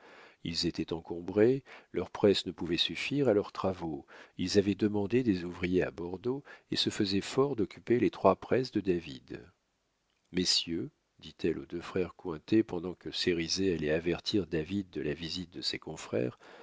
ils étaient encombrés leurs presses ne pouvaient suffire à leurs travaux ils avaient demandé des ouvriers à bordeaux et se faisaient fort d'occuper les trois presses de david messieurs dit-elle aux deux frères cointet pendant que cérizet allait avertir david de la visite de ses confrères